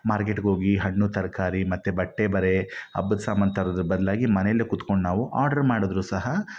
ಮಾರ್ಕೆಟ್ಗೆ ಹೋಗಿ ಹಣ್ಣು ತರಕಾರಿ ಮತ್ತು ಬಟ್ಟೆ ಬರೇ ಹಬ್ಬದ ಸಾಮಾನು ತರೋದು ಬದಲಾಗಿ ಮನೇಲಿ ಕೂತ್ಕೊಂಡು ನಾವು ಆರ್ಡರ್ ಮಾಡಿದ್ರೂ ಸಹ